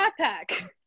backpack